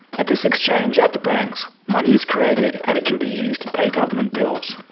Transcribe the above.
at this exchange at the banks, money is created and it can be used to pay government bills.